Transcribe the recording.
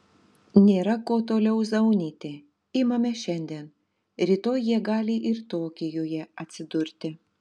nėra ko toliau zaunyti imame šiandien rytoj jie gali ir tokijuje atsidurti